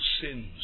sins